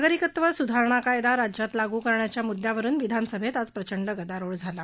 नागरिकत्व सुधारणा कायदा राज्यात लागू करण्याच्या मुद्यावरून विधानसभेत आज प्रचंड गदारोळ झाला